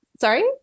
Sorry